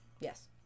Yes